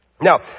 Now